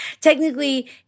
Technically